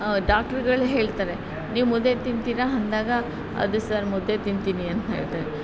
ಡಾಕ್ಟ್ರುಗಳು ಹೇಳ್ತಾರೆ ನೀವು ಮುದ್ದೆ ತಿಂತೀರಾ ಅಂದಾಗ ಅದು ಸರ್ ಮುದ್ದೆ ತಿಂತೀನಿ ಅಂತ ಹೇಳ್ತೆ